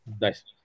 Nice